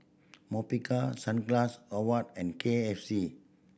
Mobike Sunglass oh what and K F C